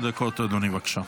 עשר דקות, אדוני, בבקשה.